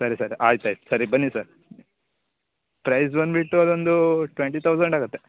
ಸರಿ ಸರ್ ಆಯ್ತು ಆಯ್ತು ಸರಿ ಬನ್ನಿ ಸರ್ ಪ್ರೈಜ್ ಬಂದುಬಿಟ್ಟು ಅದೊಂದು ಟ್ವೆಂಟಿ ತೌಸಂಡ್ ಆಗುತ್ತೆ